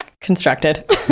constructed